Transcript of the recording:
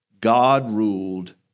God-ruled